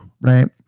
right